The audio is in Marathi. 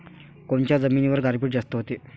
कोनच्या जमिनीवर गारपीट जास्त व्हते?